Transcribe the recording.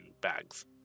bags